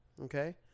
okay